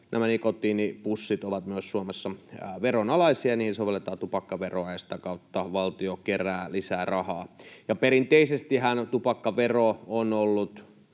nikotiinipussit ovat myös Suomessa veronalaisia ja niihin sovelletaan tupakkaveroa ja sitä kautta valtio kerää lisää rahaa. Perinteisestihän tupakkavero on ollut